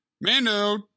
Mando